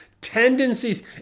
tendencies